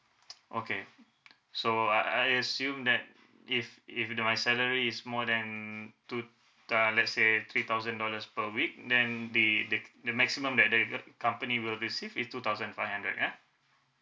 okay so I I assume that if if the my salary is more than two uh lets say three thousand dollars per week then the the the maximum that the uh company will receive is two thousand five hundred ya